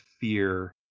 fear